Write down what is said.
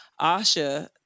Asha